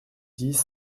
dix